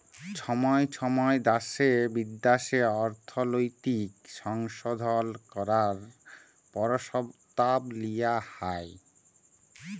ছময় ছময় দ্যাশে বিদ্যাশে অর্থলৈতিক সংশধল ক্যরার পরসতাব লিয়া হ্যয়